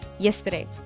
Yesterday